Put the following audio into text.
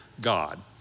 God